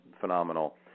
phenomenal